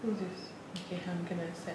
good news okay I'm gonna set